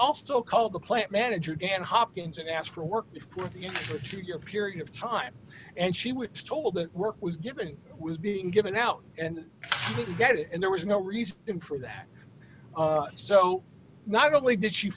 also called the plant manager jan hopkins and asked for work if you put your period of time and she was told that work was given was being given out and get it and there was no reason for that so not only did she